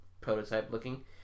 prototype-looking